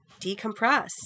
decompress